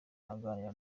aganira